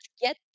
get